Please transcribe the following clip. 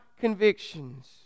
convictions